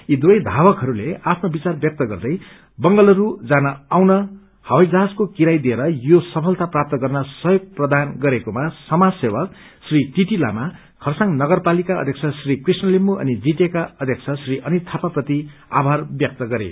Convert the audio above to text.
यी दुवै धावकहरूले आफ्नो विचार व्यक्त गर्दै बंलगुरू जान आउन हवाई जहाजको किराया दिएर यो सफलता प्राप्त गर्न सहयोग प्रदान गरेकोमा समाज सेवक श्री टीटी लामा खरसाङ नगरपालिका अध्यक्ष श्री कृष्ण लिम्बू अनि जीटीएका अध्यक्ष श्री अनित थापा प्रति आभार व्यक्त गरे